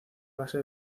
base